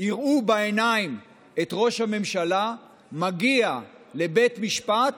יראו בעיניים את ראש הממשלה מגיע לבית משפט